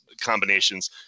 combinations